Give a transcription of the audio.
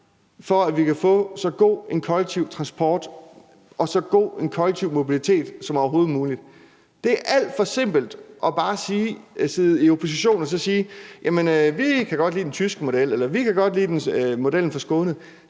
for at vi kan få en så god kollektiv transport og så god en kollektiv mobilitet som overhovedet muligt. Det er alt for simpelt at sidde i opposition og bare sige, at man godt kan lide den tyske model eller godt kan lide modellen fra Skåne.